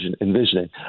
envisioning